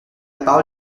parole